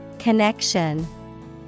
Connection